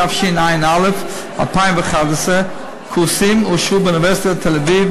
התשע"א 2011. הקורסים אושרו באוניברסיטת תל-אביב,